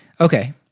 okay